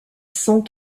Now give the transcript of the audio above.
cent